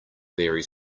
very